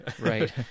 right